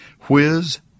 Whiz